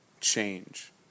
change